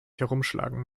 herumschlagen